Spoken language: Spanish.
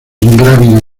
ingrávido